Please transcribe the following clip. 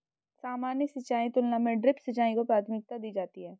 सामान्य सिंचाई की तुलना में ड्रिप सिंचाई को प्राथमिकता दी जाती है